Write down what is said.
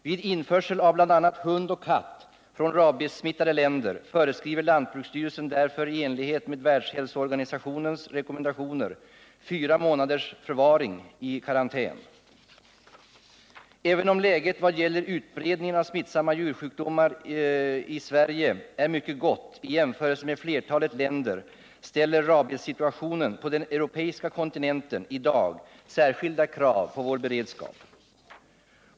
Vid införsel av bl.a. hund och katt från rabiessmittade länder föreskriver lantbruksstyrelsen därför i enlighet med världshälsoorganisationens rekommendationer fyra månaders förvaring i karantän. Även om läget i vad gäller utredningen av smittsamma djursjukdomar i Sverige är mycket gott i jämförelse med läget i flertalet länder ställer rabiessituationen på den europeiska kontinenten i dag särskilda krav på vår beredskap.